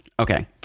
okay